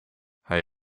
hij